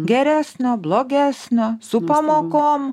geresnio blogesnio su pamokom